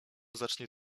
zacznie